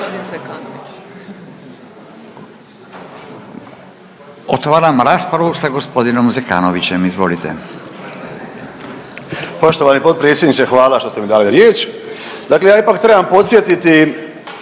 Otvaram raspravu sa gospodinom Zekanovićem. Izvolite. **Zekanović, Hrvoje (HDS)** Poštovani potpredsjedniče hvala što ste mi dali riječ. Dakle, ja ipak trebam podsjetiti